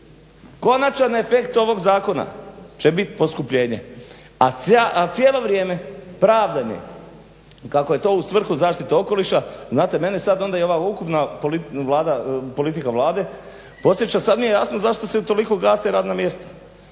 Konačan efekt ovog zakona će biti poskupljenje, a cijelo vrijeme pravdanje kako je to u svrhu zaštite okoliša znate mene sad onda i ova ukupna politika Vlade podsjeća sad mi je jasno zašto se toliko gase radna mjesta.